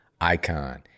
icon